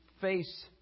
face